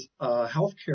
healthcare